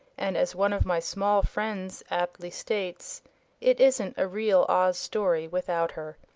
and as one of my small friends aptly states it isn't a real oz story without her.